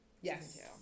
yes